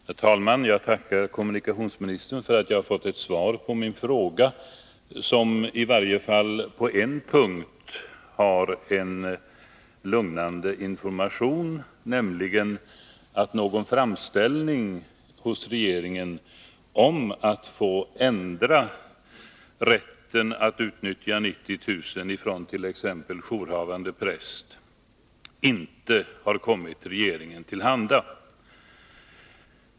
Herr talman! Jag tackar kommunikationsministern för att jag har fått ett svar som i varje fall på en punkt innehåller lugnande information, nämligen att någon framställning hos regeringen om att få ändra rätten att utnyttja telefonnummer 90000 för t.ex. jourhavande präst inte har kommit regeringen till handa.